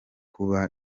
kuba